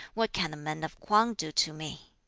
what can the men of k'wang do to me?